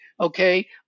okay